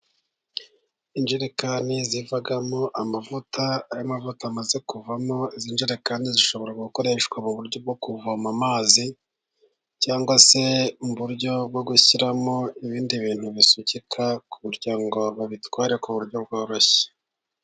Ijerekani zivamo amavuta. Iyo amavuta amaze kuvamo, izi jerekani zishobora gukoreshwa mu buryo bwo kuvoma amazi, cyangwa se uburyo bwo gushyiramo ibindi bintu bisukika, kugira ngo babitware ku buryo bworoshye.